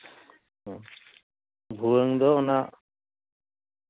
ᱵᱷᱩᱣᱟᱹᱝ ᱫᱚ ᱚᱱᱟ